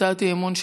הצעת אי-אמון.